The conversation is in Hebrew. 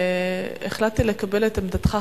החלטתי לקבל את עמדתך,